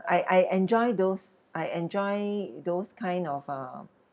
I I enjoy those I enjoy those kind of um